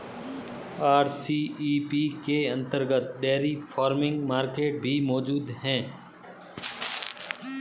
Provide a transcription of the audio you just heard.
RCEP के अंतर्गत dairy farming market भी मौजूद है